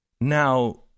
Now